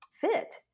fit